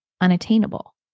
unattainable